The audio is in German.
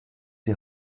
die